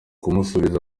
kumusubiza